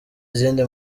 izindi